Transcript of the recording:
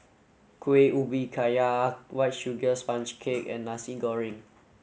Kueh Ubi Kayu white sugar sponge cake and Nasi Goreng